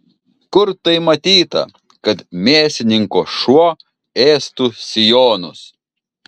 kur tai matyta kad mėsininko šuo ėstų sijonus